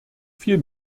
viel